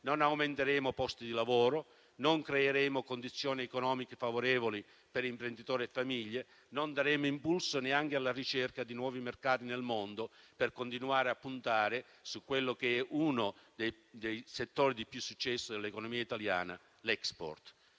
non aumenteremo posti di lavoro, non creeremo condizioni economiche favorevoli per imprenditori e famiglie, non daremo impulso neanche alla ricerca di nuovi mercati nel mondo per continuare a puntare su uno dei settori di maggior successo dell'economia italiana, l'*export*.